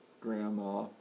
grandma